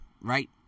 right